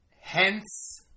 Hence